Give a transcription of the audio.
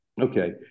okay